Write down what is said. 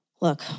Look